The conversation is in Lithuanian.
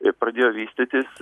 ir pradėjo vystytis